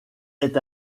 est